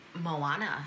Moana